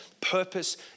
Purpose